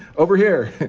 over here,